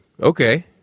Okay